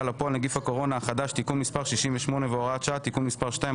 68 והוראת שעה) (תיקון מס' 2),